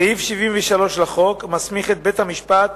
סעיף 73 לחוק מסמיך את בית-המשפט,